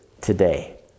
today